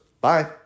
Bye